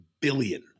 billion